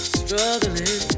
struggling